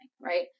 right